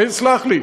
סלח לי.